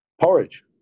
porridge